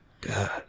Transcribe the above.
God